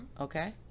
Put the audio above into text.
Okay